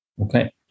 Okay